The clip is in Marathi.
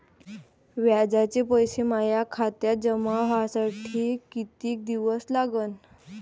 व्याजाचे पैसे माया खात्यात जमा व्हासाठी कितीक दिवस लागन?